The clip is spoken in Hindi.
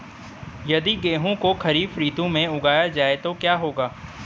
यदि गेहूँ को खरीफ ऋतु में उगाया जाए तो क्या होगा?